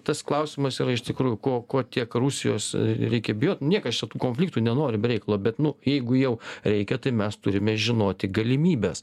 tas klausimas yra iš tikrųjų ko ko tiek rusijos reikia bijot niekas čia tų konfliktų nenori be reikalo bet nu jeigu jau reikia tai mes turime žinoti galimybes